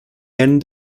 end